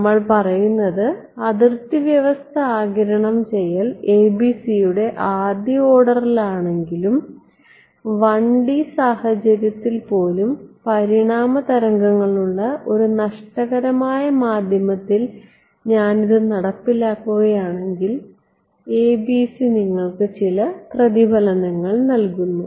നമ്മൾ പറയുന്നത് അതിർത്തി വ്യവസ്ഥ ആഗിരണം ചെയ്യൽ ABC യുടെ ആദ്യ ഓർഡർ ആണെങ്കിലും 1D സാഹചര്യത്തിൽ പോലും പരിണാമ തരംഗങ്ങളുള്ള ഒരു നഷ്ടകരമായ മാധ്യമത്തിൽ ഞാൻ ഇത് നടപ്പിലാക്കുകയാണെങ്കിൽ ABC നിങ്ങൾക്ക് ചില പ്രതിഫലനങ്ങൾ നൽകുന്നു